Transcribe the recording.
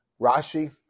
Rashi